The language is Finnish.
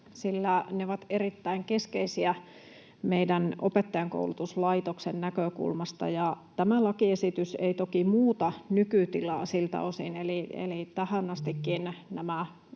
sillä ne ovat erittäin keskeisiä meidän opettajankoulutuslaitoksen näkökulmasta. Tämä lakiesitys ei toki muuta nykytilaa siltä osin, eli tähän astikin nämä